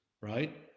right